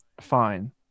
fine